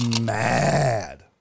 mad